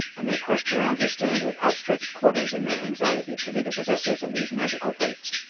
and they crushed around his stand with outstretched quarters in their anxiety to be the possessors of these magical plates!